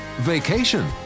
vacation